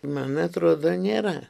man atrodo nėra